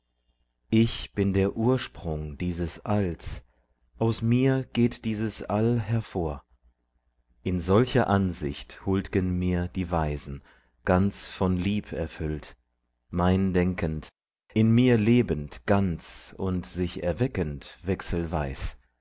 ich bin der ursprung dieses alls aus mir geht dieses all hervor in solcher ansicht huld'gen mir die weisen ganz von lieb erfüllt mein denkend in mir lebend ganz und sich erweckend